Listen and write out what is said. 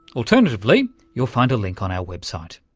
alternatively you'll find a link on our website